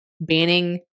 banning